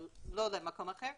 אבל לא למקום אחר,